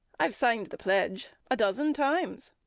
i've signed the pledge a dozen times,